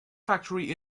factory